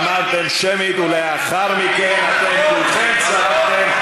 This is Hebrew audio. אמרתם: שמית, ולאחר מכן אתם כולכם צעקתם: